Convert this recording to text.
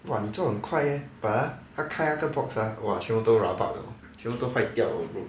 !wah! 你做很快 leh but ah 他开那个 box ah !wah! 全部都 rabak 的全部都坏掉的 bro